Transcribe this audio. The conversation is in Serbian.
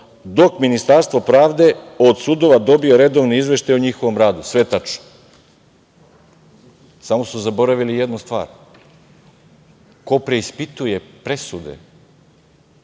dok Ministarstvo pravde od sudova dobija redovne izveštaj o njihovom radu“.Sve je tačno, ali su samo zaboravili jednu stvar - ko preispituje presude